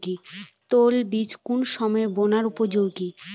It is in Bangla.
তৈলবীজ কোন সময়ে বোনার উপযোগী?